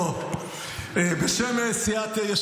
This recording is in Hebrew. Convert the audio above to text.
משה טור פז (יש עתיד): בשם סיעת יש